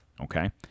Okay